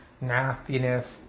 nastiness